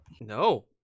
No